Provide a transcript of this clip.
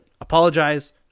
apologize